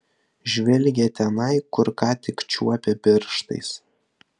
žvelgė tenai kur ką tik čiuopė pirštais